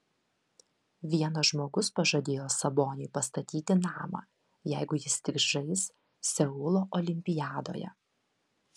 vienas žmogus pažadėjo saboniui pastatyti namą jeigu jis tik žais seulo olimpiadoje